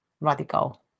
radical